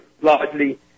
largely